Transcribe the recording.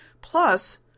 Plus